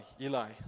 Eli